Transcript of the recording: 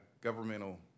governmental